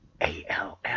ALF